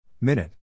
Minute